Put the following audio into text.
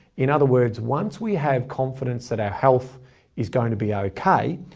in other words, once we have confidence that our health is going to be okay,